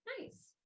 nice